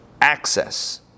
access